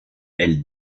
elle